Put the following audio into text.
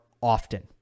often